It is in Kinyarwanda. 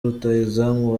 rutahizamu